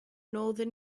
northern